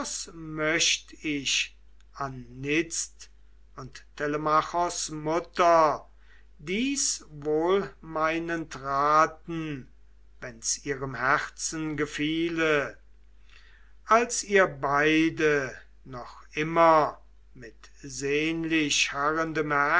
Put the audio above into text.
möcht ich anitzt und telemachos mutter dies wohlmeinend raten wenn's ihrem herzen gefiele als ihr beide noch immer mit sehnlich harrendem